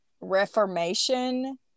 reformation